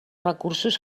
recursos